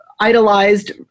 idolized